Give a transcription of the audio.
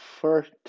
first